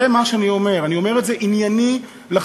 זה מה שאני אומר, ואני אומר את זה ענייני לחלוטין.